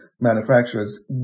manufacturers